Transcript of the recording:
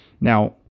Now